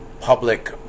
public